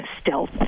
stealth